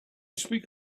speak